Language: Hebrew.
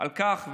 על כך,